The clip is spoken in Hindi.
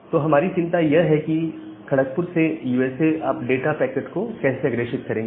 तो हमारी यह चिंता है कि खड़कपुर से यूएसए आप डाटा पैकेट को कैसे अग्रेषित करेंगे